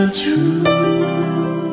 true